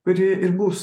kuri ir bus